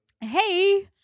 Hey